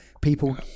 people